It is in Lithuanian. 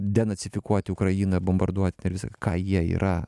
denacifikuoti ukrainą bombarduoti ir visa ką jie yra